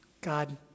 God